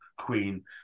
queen